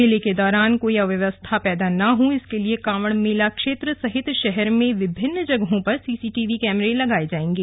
मेले के दौरान कोई अव्यवस्था पैदा न हो इसके लिए कांवड़ मेला क्षेत्र सहित शहर में विभिन्न जगहों पर सीसीटीवी कैमरे लगाए जाएगे